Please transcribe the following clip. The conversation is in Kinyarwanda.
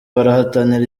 barahatanira